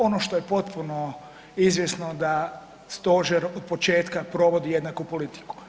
Ono što je potpuno izvjesno da stožer od početka provodi jednaku politiku.